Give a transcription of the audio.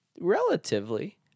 Relatively